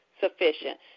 sufficient